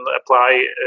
apply